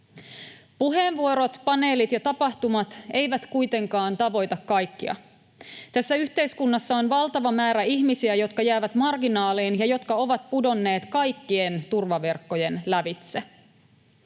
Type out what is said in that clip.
Puheenvuorot, paneelit ja tapahtumat eivät kuitenkaan tavoita kaikkia. Tässä yhteiskunnassa on valtava määrä ihmisiä, jotka jäävät marginaaliin ja jotka ovat pudonneet kaikkien turvaverkkojen lävitse.